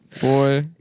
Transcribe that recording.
boy